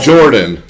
Jordan